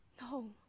No